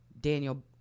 Daniel